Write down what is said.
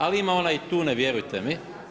Ali ima ona i tune vjerujte mi.